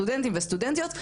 סטודנטים וסטודנטיות,